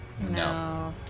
No